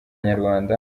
inyarwanda